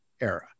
era